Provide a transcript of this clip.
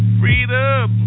freedom